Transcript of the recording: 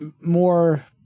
more